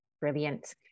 brilliant